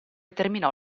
terminò